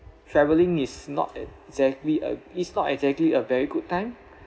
travelling is not exactly a it's not exactly a very good time